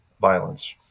violence